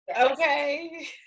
okay